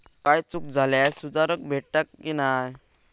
काही चूक झाल्यास सुधारक भेटता की नाय?